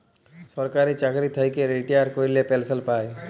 সরকারি চাকরি থ্যাইকে রিটায়ার ক্যইরে পেলসল পায়